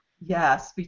Yes